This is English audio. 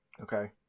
Okay